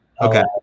Okay